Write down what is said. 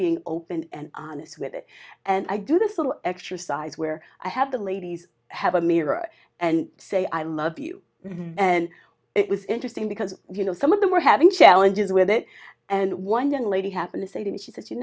being open and honest with it and i do this little exercise where i have the ladies have a mirror and say i love you and it was interesting because you know some of them were having challenges with it and one young lady happen to say to me she says you